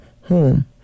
home